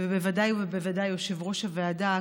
ובוודאי ובוודאי יושב-ראש הוועדה,